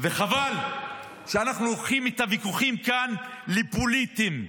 חבל שאנחנו הופכים את הוויכוחים כאן לפוליטיים,